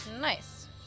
Nice